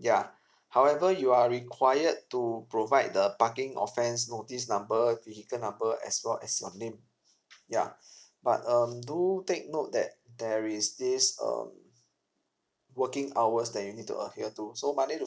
ya however you are required to provide the parking offence notice number vehicle number as well as your name ya but um do take note that there is this um working hours that you need to adhere to so monday to